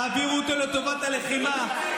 תעבירו אותו לטובת הלחימה,